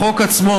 החוק עצמו,